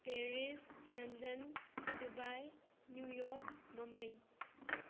Paris London Dubai New York Mumbai